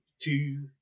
two